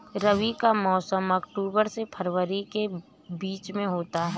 रबी का मौसम अक्टूबर से फरवरी के बीच में होता है